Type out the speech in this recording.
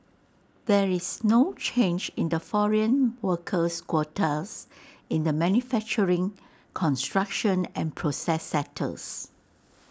there is no change in the foreign workers quotas in the manufacturing construction and process sectors